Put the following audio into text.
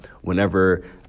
Whenever